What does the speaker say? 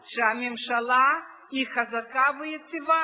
שהממשלה היא חזקה ויציבה,